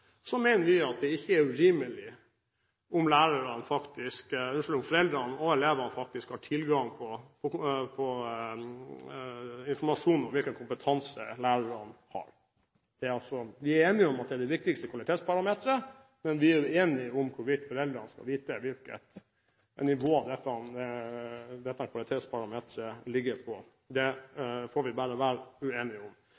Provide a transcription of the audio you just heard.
mener vi at det ikke er urimelig at foreldrene og elevene har tilgang til informasjon om hvilken kompetanse lærerne har. Vi er enige om at det er det viktigste kvalitetsparameteret, men vi er uenige om hvorvidt foreldrene skal få vite hvilket nivå dette kvalitetsparameteret ligger på. Det får vi bare være uenige om.